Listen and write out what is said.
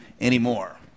anymore